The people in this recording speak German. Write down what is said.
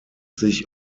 sich